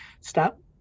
stop